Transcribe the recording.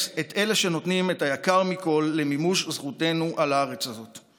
את אלה שנותנים את היקר מכול למימוש זכותנו על הארץ הזאת.